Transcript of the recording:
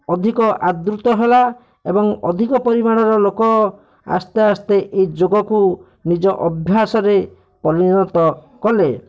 ଅଧିକ ଆଦୃତ ହେଲା ଏବଂ ଅଧିକ ପରିମାଣର ଲୋକ ଆସ୍ତେ ଆସ୍ତେ ଏହି ଯୋଗକୁ ନିଜର ଅଭ୍ୟାସରେ ପରିଣତ କଲେ